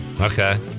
Okay